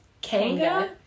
Kanga